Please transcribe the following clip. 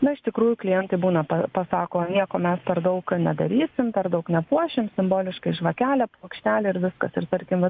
na iš tikrųjų klientai būna pasako nieko mes per daug nedarysim per daug nepuošim simboliškai žvakelę puokštelę ir viskas ir tarkim vat